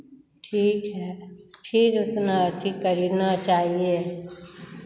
ठीक है फिर उतना अथि करना चाहिए